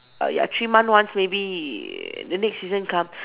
err ya three month once maybe then next season come